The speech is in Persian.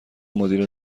مدیر